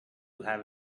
have